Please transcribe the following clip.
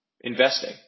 Investing